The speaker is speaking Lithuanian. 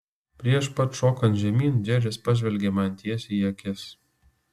prieš pat šokant žemyn džeris pažvelgė man tiesiai į akis